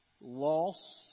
loss